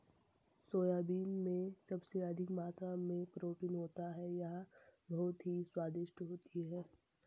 soybean में सबसे अधिक मात्रा में प्रोटीन होता है यह बहुत ही स्वादिष्ट होती हैं